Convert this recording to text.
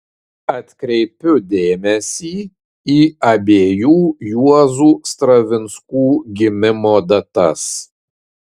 atkreipiu dėmesį į abiejų juozų stravinskų gimimo datas